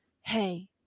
hey